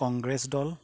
কংগ্ৰেছ দল